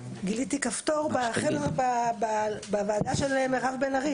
גיליתי כפתור בוועדה של מירב בן ארי,